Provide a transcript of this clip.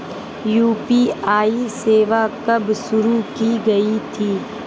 UPI सेवा कब शुरू की गई थी?